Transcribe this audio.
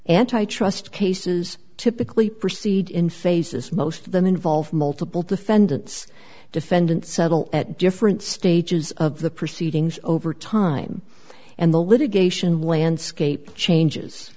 antitrust cases typically proceed in phases most of them involve multiple defendants defendants settle at different stages of the proceedings over time and the litigation landscape changes